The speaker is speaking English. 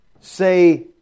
say